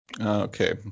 Okay